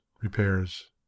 repairs